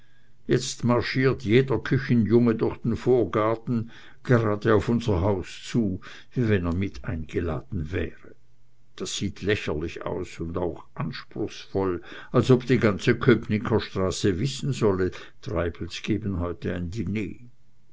jetzt marschiert jeder küchenjunge durch den vorgarten gerade auf unser haus zu wie wenn er mit eingeladen wäre das sieht lächerlich aus und auch anspruchsvoll als ob die ganze köpnicker straße wissen solle treibels geben heut ein diner